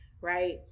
right